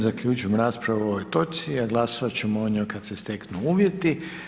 Time zaključujem raspravu o ovoj točci, a glasovati ćemo o njoj kada se steknu uvjeti.